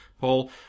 Paul